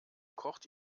kocht